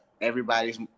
Everybody's